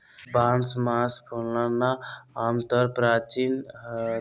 बांस मास फूलना आमतौर परचीन म्यांमार आर भारत में पाल जा हइ